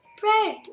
bread